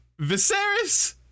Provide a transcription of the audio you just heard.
Viserys